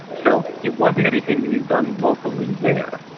so it wasn't anything being done locally there.